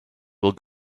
will